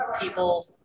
people